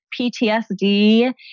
PTSD